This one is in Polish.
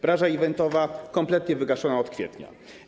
Branża eventowa kompletnie wygaszona od kwietnia.